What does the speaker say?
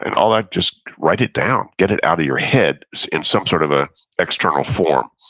and all that, just write it down, get it out of your head in some sort of a external form,